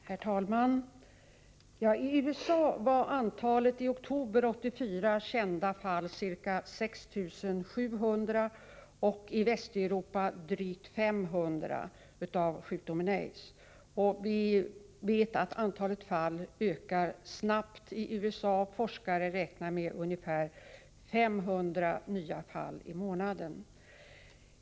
Herr talman! I USA var antalet i oktober 1984 kända fall av sjukdomen AIDS ca 6 700 och i Västeuropa drygt 500. Vi vet att antalet fall ökar snabbt i USA. Forskare räknar med ungefär 500 nya fall i månaden.